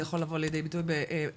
זה יכול לבוא לידי ביטוי בהצגות,